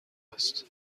است